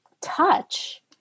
touch